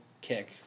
kick